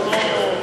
בא, דווקא בגלל זה.